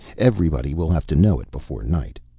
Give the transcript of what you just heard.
everybody will have to know it before night.